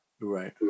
Right